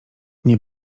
nie